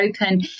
open